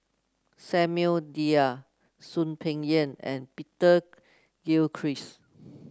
Samuel Dyer Soon Peng Yam and Peter Gilchrist